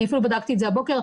אני אפילו בדקתי את זה הבוקר.